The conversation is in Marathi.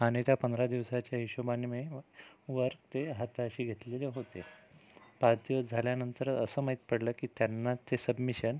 आणि त्या पंधरा दिवसाच्या हिशेबाने मी वर ते हाताशी घेतलेले होते पाच दिवस झाल्यानंतर असं माहीत पडलं की त्यांना ते सबमिशन